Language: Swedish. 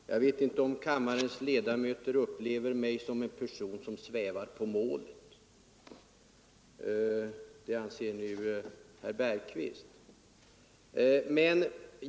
Herr talman! Jag vet inte om kammarens ledamöter upplever mig som en person som svävar på målet. Det anser nu herr Bergqvist att jag gör.